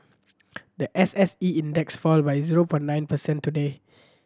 the S S E Index fell by zero point nine percent today